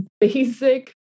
basic